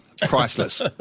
priceless